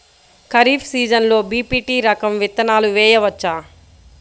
ఖరీఫ్ సీజన్లో బి.పీ.టీ రకం విత్తనాలు వేయవచ్చా?